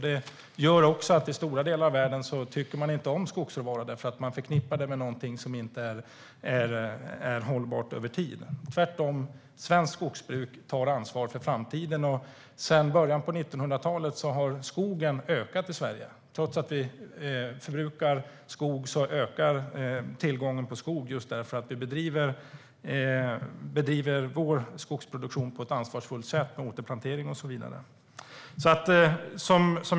Det gör att man i stora delar av världen inte tycker om skogsråvara eftersom det förknippas med något som inte är hållbart över tid. Svenskt skogsbruk tar ansvar för framtiden. Sedan början av 1900-talet har skogen ökat i Sverige. Trots att vi förbrukar skog ökar tillgången just för att vi bedriver vår skogsproduktion på ett ansvarsfullt sätt med återplantering och så vidare.